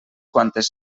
quantes